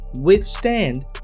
withstand